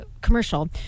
commercial